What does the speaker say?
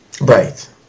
Right